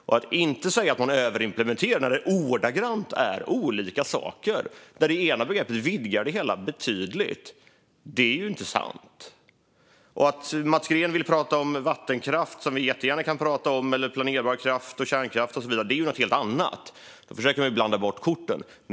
Påståendet att man inte överimplementerar när det ordagrant är olika saker - när det ena begreppet vidgar det hela betydligt - är ju inte sant. Mats Green vill prata om vattenkraft, vilket vi jättegärna kan prata om, eller planerbar kraft, kärnkraft och så vidare, men det är ju något helt annat. Där försöker man blanda bort korten.